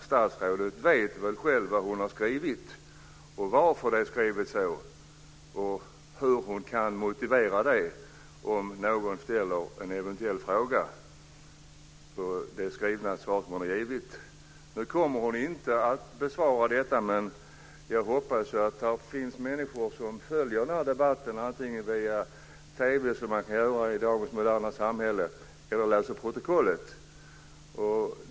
Statsrådet vet väl själv vad hon har skrivit, varför det skrivits så och hur hon ska kunna motivera det om någon ställer en eventuell fråga på det skriftliga svar hon givit. Nu kommer hon inte att besvara detta, men jag hoppas att det finns människor som följer den här debatten, antingen via TV, som man kan göra i dagens moderna samhälle, eller läser protokollet.